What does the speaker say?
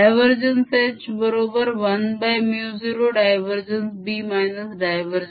div H बरोबर 1μ0 div B divM